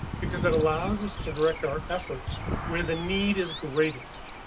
because it allows us to direct our efforts where the need is greatest,